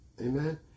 Amen